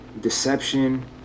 deception